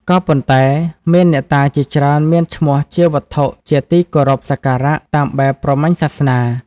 ក៏ប៉ុន្តែ មានអ្នកតាជាច្រើនមានឈ្មោះជាវត្ថុជាទីគោរពសក្ការៈតាមបែបព្រហ្មញ្ញសាសនា។